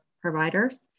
providers